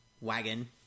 wagon